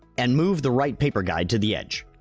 and move the right paper guide to the edge.